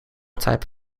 type